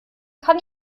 kann